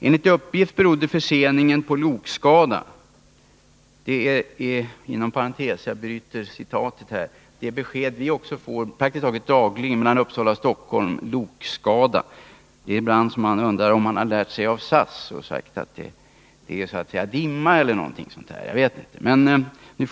Enligt uppgift berodde förseningen på lokskada.” Det är ett besked som vi som trafikerar sträckan Uppsala-Stockholm praktiskt taget dagligen får. Ibland undrar man om SJ har tagit intryck av SAS, som hänvisar till dimma etc.